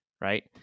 right